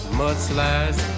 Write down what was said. mudslides